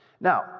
Now